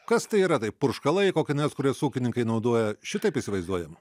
kas tai yra tai purškalai kokie nors kuriuos ūkininkai naudoja šitaip įsivaizduojam